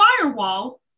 Firewall